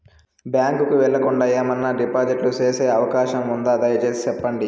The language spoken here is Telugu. బ్యాంకు కు వెళ్లకుండా, ఏమన్నా డిపాజిట్లు సేసే అవకాశం ఉందా, దయసేసి సెప్పండి?